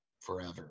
forever